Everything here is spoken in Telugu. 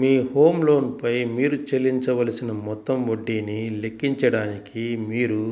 మీ హోమ్ లోన్ పై మీరు చెల్లించవలసిన మొత్తం వడ్డీని లెక్కించడానికి, మీరు